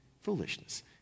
Foolishness